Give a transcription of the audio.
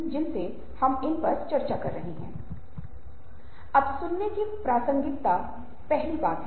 और चर्चा मंच पर इस पर चर्चा करें जैसा कि आपने पहले किए गए क्विज़ के साथ किया है